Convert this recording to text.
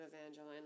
Evangeline